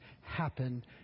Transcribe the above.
happen